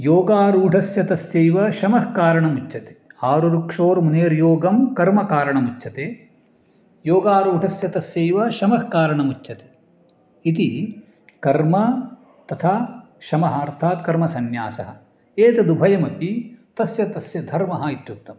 योगारूडस्य तस्यैव शमःकारणमुच्यते आरुरुक्षोर्मुनेर्योगं कर्म कारणमुच्यते योगारूडस्य तस्यैव शमःकारणमुच्यते इति कर्म तथा शमः अर्थात् कर्मसन्यासः एतदुभयमपि तस्य तस्य धर्मः इत्युक्तम्